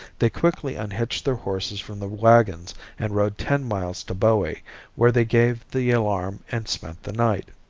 they quickly unhitched their horses from the wagons and rode ten miles to bowie where they gave the alarm and spent the night.